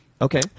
Okay